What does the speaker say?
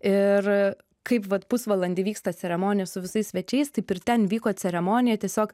ir kaip vat pusvalandį vyksta ceremonija su visais svečiais taip ir ten vyko ceremonija tiesiog